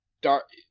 dark